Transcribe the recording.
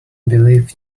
belief